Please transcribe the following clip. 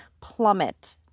plummet